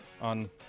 on